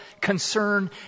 concern